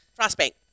Frostbank